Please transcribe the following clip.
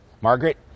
Margaret